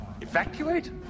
Evacuate